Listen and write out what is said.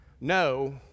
no